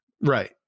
Right